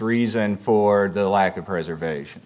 reason for the lack of preservation